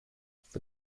for